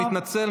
אני מתנצל,